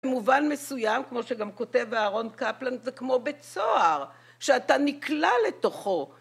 מובן מסוים כמו שגם כותב אהרון קפלן זה כמו בית סוהר שאתה נקלע לתוכו